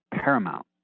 paramount